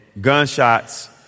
gunshots